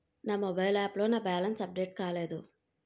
నా mobile app లో నా బ్యాలెన్స్ అప్డేట్ కాలేదు